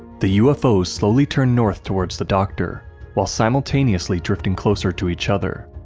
the ufos slowly turned north towards the doctor while simultaneously drifting closer to each other.